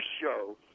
show